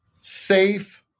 safe